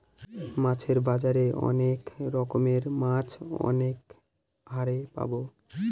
মাছের বাজারে অনেক রকমের মাছ অনেক হারে পাবো